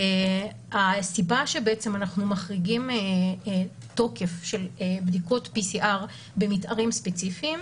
הסיבה שאנחנו מחריגים תוקף של בדיקות PCR במתארים ספציפיים,